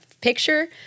picture